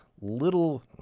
Little